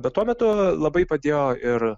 bet tuo metu labai padėjo ir